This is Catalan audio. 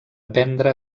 prendre